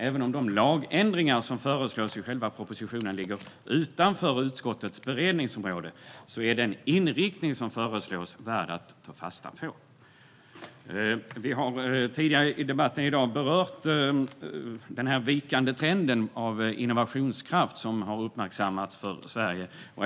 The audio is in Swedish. Även om de lagändringar som föreslås i själva propositionen ligger utanför utskottets beredningsområde är den inriktning som föreslås värd att ta fasta på. Vi har tidigare i dagens debatt berört den vikande trend i Sverige vad gäller innovationskraft som har uppmärksammats.